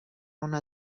una